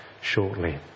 shortly